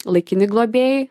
laikini globėjai